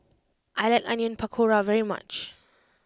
I like Onion Pakora very much